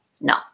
No